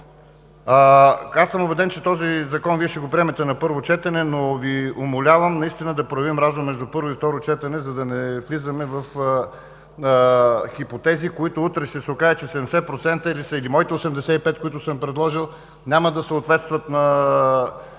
съм, че този Закон Вие ще го приемете на пълно четене, но Ви умолявам да проявим разум между първо и второ четене, за да не влизаме в хипотези, които утре ще се окаже, че 70% или моите 85%, които съм предложил, няма да съответстват на